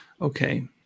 Okay